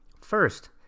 First